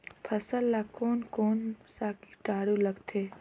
फसल मा कोन कोन सा कीटाणु लगथे?